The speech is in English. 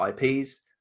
IPs